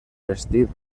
vestit